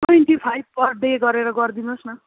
twenty five per day गरेर गरिदिनुहोस् न